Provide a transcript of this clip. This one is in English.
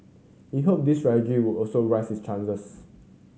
he hope this strategy would also raise his chances